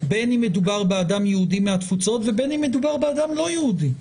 בין אם מדובר באדם יהודי מהתפוצות ובין אם מדובר באדם לא יהודי.